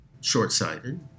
short-sighted